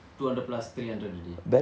two hundred plus three hundred already